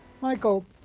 Michael